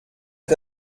est